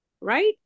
Right